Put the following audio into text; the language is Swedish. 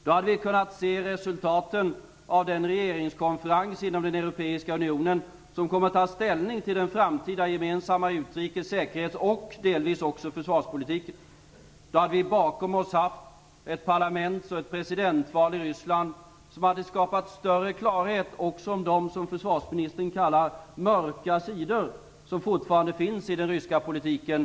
Då hade vi kunnat se resultaten av den regeringskonferens inom den europeiska unionen som kom att ta ställning till den framtida gemensamma utrikes-, säkerhets och, delvis, också försvarspolitiken. Då hade vi bakom oss haft ett parlaments och ett presidentval i Ryssland som hade skapat större klarhet också om de, som försvarsministern säger, mörka sidor som fortfarande finns i den ryska politiken.